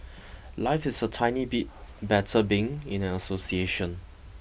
life is a tiny bit better being in an association